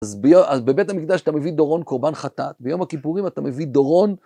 אז בבית המקדש אתה מביא דורון קורבן חטאת, ביום הכיפורים אתה מביא דורון...